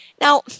Now